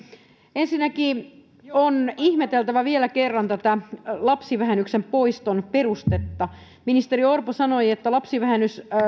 ensinnäkin on ihmeteltävä vielä kerran tätä lapsivähennyksen poiston perustetta ministeri orpo sanoi että lapsivähennys